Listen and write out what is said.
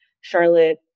Charlotte